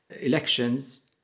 elections